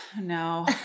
no